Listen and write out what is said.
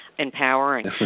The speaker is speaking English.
Empowering